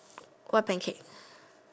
what pancake